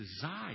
Desire